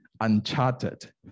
uncharted